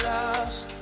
Lost